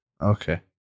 Okay